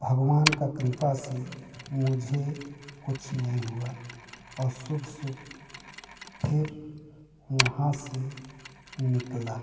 भगवान का कृपा से मुझे कुछ नहीं हुआ और शुभ शुभ फिर वहाँ से निकला